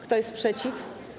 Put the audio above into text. Kto jest przeciw?